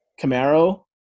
camaro